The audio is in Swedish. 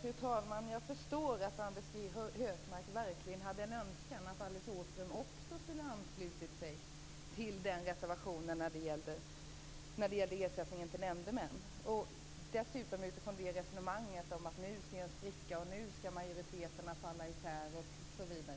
Fru talman! Jag förstår att Anders G Högmark verkligen hade en önskan att jag också skulle ha anslutit mig till reservationen som gäller ersättningen till nämndemän, dessutom utifrån resonemanget att man nu ser en spricka och att majoriteten nu skall falla isär, osv.